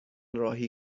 راهی